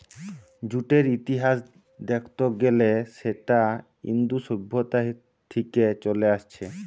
জুটের ইতিহাস দেখত গ্যালে সেটা ইন্দু সভ্যতা থিকে চলে আসছে